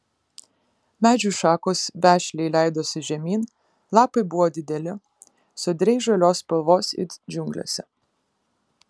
medžių šakos vešliai leidosi žemyn lapai buvo dideli sodriai žalios spalvos it džiunglėse